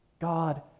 God